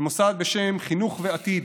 מוסד בשם "חינוך ועתיד".